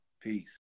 Peace